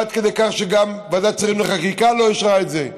עד כדי כך שגם ועדת שרים לחקיקה לא אישרה את זה,